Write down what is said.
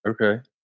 Okay